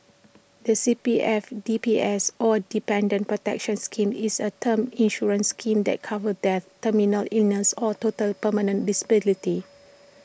the C P F D P S or Dependants' protection scheme is A term insurance scheme that covers death terminal illness or total permanent disability